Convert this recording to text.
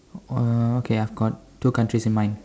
uh okay I've got two countries in mind